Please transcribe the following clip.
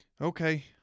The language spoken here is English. Okay